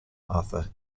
arthur